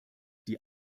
die